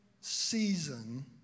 season